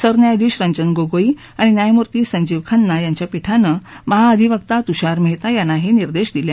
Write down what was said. सरन्यायाधीश रंजन गोगाई आणि न्यायमुर्ती संजीव खन्ना यांच्या पीठानं महाअधिवक्ता तुषार मेहता यांना हे निर्देश दिले